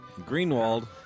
Greenwald